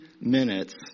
minutes